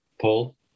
Paul